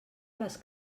les